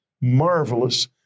marvelous